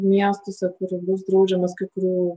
miestuose kur bus draudžiamas kai kurių